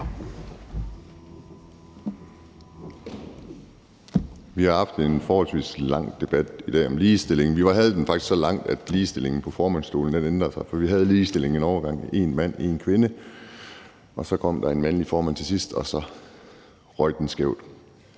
Vi har haft en forholdsvis lang debat i dag om ligestilling. Den har faktisk været så lang, at det med ligestilling på formandsstolen ændrede sig. For vi havde ligestilling en overgang med én mand og én kvinde, men så kom der en mandlig formand til sidst, og så blev det skævt.